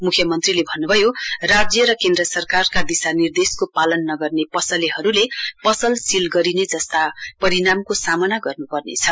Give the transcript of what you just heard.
मुख्यमन्त्रीले भन्नुभयो राज्य र केन्द्र सरकारका दिशानिर्देशको पालन नगर्ने पसलेहरूले पसल सील गरिने जस्ता परिणामको सामना गर्नु पर्नेछ